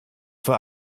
für